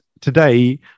today